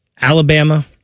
Alabama